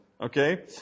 okay